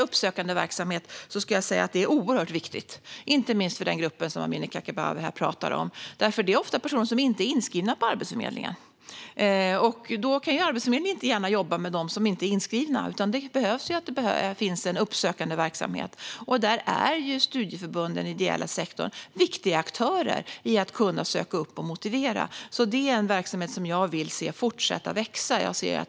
Uppsökande verksamhet är oerhört viktigt, inte minst för den grupp som Amineh Kakabaveh pratar om. Det är ofta personer som inte är inskrivna på Arbetsförmedlingen. Arbetsförmedlingen kan ju inte gärna jobba med dem som inte är inskrivna, utan det behöver finnas en uppsökande verksamhet. Där är studieförbunden och den ideella sektorn viktiga aktörer i att kunna söka upp och motivera, och detta är en verksamhet som jag vill se fortsätta växa.